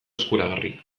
eskuragarri